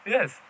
Yes